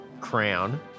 crown